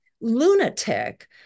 lunatic